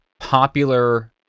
popular